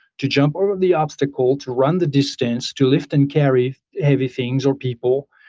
to jump over the obstacle, to run the distance, to lift and carry heavy things or people.